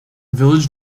village